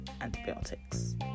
antibiotics